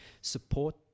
support